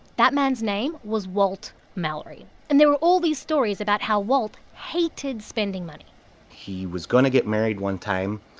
that man's name was walt mallory. and there were all these stories about how walt hated spending money he was going to get married one time,